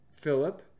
Philip